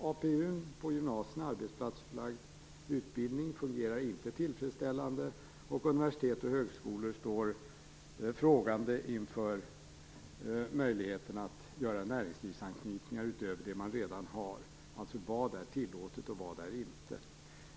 APU, arbetsplatsförlagd utbildning, på gymnasiet fungerar inte tillfredsställande, och universitet och högskolor står frågande inför möjligheten att göra näringslivsanknytningar utöver det man redan har, alltså vad är tillåtet och vad är inte.